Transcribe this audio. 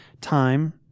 time